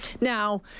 Now